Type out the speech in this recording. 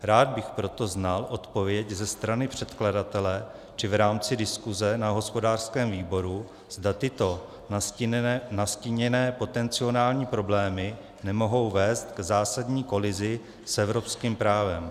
Rád bych proto znal odpověď ze strany předkladatele či v rámci diskuse na hospodářském výboru, zda tyto nastíněné potenciální problémy nemohou vést k zásadní kolizi s evropským právem.